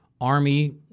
Army